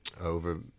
over